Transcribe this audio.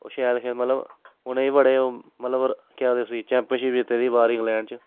ओह् शैल हे मतलब उनें बी बड़े ओह् मतलब के आखदे उसी चैंपियनशिप जित्ती दे बाह्र इंग्लैंड च